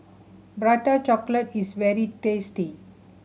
Prata Chocolate is very tasty